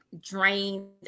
drained